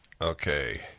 Okay